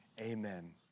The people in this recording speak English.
Amen